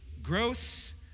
Gross